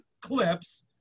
clips